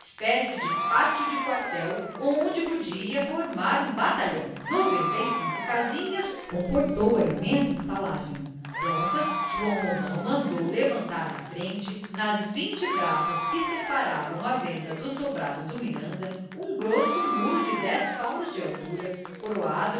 espécie de pátio de quartel onde podia formar um batalhão noventa e cinco casinhas comportou a imensa estalagem prontas joão romão mandou levantar na frente nas vinte braças que separavam a venda do sobrado do miranda um grosso muro de dez palmos de altura coroado